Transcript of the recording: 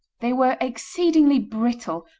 they were exceedingly brittle,